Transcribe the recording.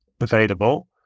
available